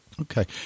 Okay